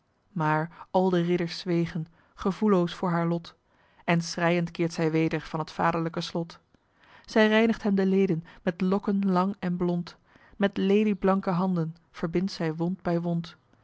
maar al de ridders zwegen gevoelloos voor haar lot en schreiend keert zij weder van t vaderlijke slot zij reinigt hem de leden met lokken lang en blond met lelieblanke handen verbindt zij wond bij wond